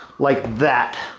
like that,